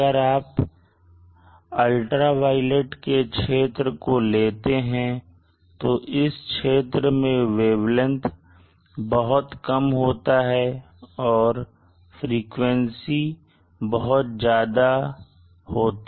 अगर आप UV के क्षेत्र को लेते हैं तो इस क्षेत्र में वेवलेंथ बहुत कम होगा और फ्रीक्वेंसी बहुत ज्यादा होगी